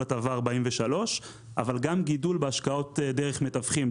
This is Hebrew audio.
הטבה 43. אבל גם גידול בהשקעות דרך מתווכים,